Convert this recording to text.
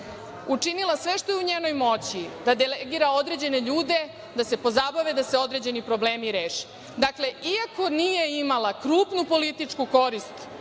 učinila sve što je u njenoj moći da delegira određene ljude, da se pozabave, da se određeni problemi reše. Dakle, iako nije imala krupnu političku korist